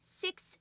six